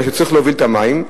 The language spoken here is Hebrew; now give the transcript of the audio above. וצריך להוביל את המים,